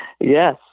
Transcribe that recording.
yes